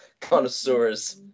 connoisseurs